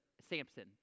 Samson